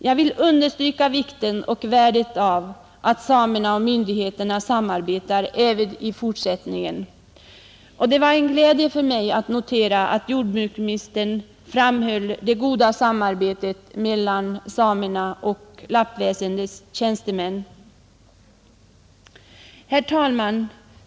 Jag vill understryka vikten och värdet av att samerna och myndigheterna samarbetar även i fortsättningen. Det var en glädje för mig att notera att jordbruksministern framhöll det goda samarbetet mellan samerna och lappväsendets tjänstemän. Herr talman!